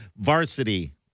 varsity